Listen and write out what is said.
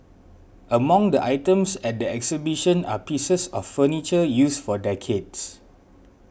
among the items at the exhibition are pieces of furniture used for decades